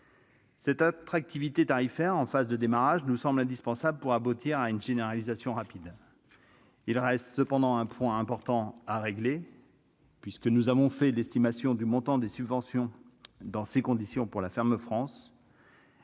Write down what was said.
Cette attractivité tarifaire en phase de démarrage nous semble indispensable pour aboutir à une généralisation rapide. Il reste un point important à régler : l'estimation du montant des subventions pour la ferme France